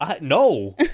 No